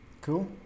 Cool